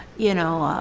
you know,